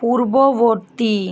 পূর্ববর্তী